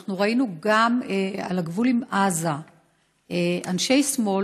אנחנו ראינו גם על הגבול עם עזה אנשי שמאל